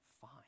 fine